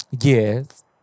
Yes